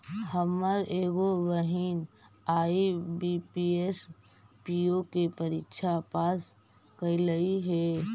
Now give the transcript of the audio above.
हमर एगो बहिन आई.बी.पी.एस, पी.ओ के परीक्षा पास कयलइ हे